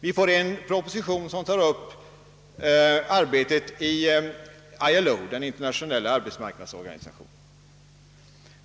Vi får en proposition som tar upp arbetet i ILO, den internationella arbetsorganisationen.